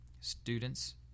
students